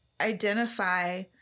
identify